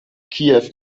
kiew